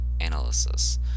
analysis